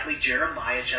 Jeremiah